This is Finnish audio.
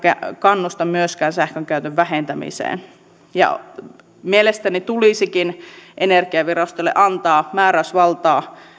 kannusta myöskään sähkönkäytön vähentämiseen mielestäni tulisikin energiavirastolle antaa määräysvaltaa